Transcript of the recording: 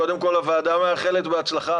קודם כל, הוועדה מאחלת בהצלחה.